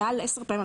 מעל 10 פעמים,